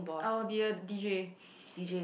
I will be a D_J